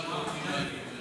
אתה עוד לא שמעת אותי,